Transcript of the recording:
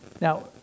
Now